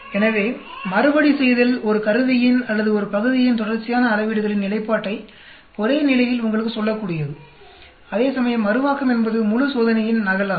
எனவேமறுபடிசெய்தல் ஒரு கருவியின் அல்லது ஒரு பகுதியின் தொடர்ச்சியான அளவீடுகளின் நிலைப்பாட்டை ஒரே நிலையில் உங்களுக்கு சொல்லக்கூடியது அதேசமயம் மறுவாக்கம் என்பது முழு சோதனையின் நகல் ஆகும்